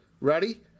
ready